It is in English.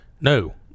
No